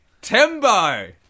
Timbo